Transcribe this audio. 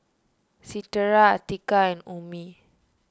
Citra Atiqah and Ummi